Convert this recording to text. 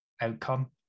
outcome